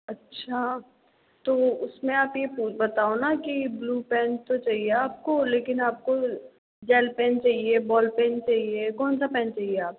अच्छा तो उसमें आप ये बताओ न कि ब्लू पेन तो चाहिए आपको लेकिन आपको जेल पेन चाहिए बॉल पेन चाहिए कौन सा पेन चाहिए आपको